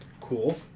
Cool